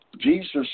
Jesus